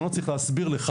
אני לא צריך להסביר לך